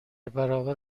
برابر